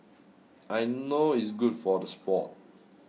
I know it's good for the sport